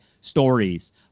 stories